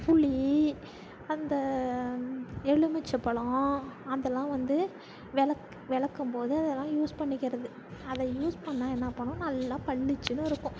புளி அந்த எலுமிச்சைப்பழம் அதலாம் வந்து விளக்கு விளக்கும்போது அதலாம் யூஸ் பண்ணிக்கிறது அதை யூஸ் பண்ணால் என்ன பண்ணும் நல்லா பளிச்சின்னு இருக்கும்